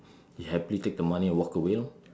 he happily take the money and walk away lor